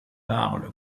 parle